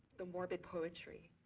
the morbid poetry,